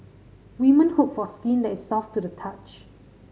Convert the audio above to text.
women hope for skin that is soft to the touch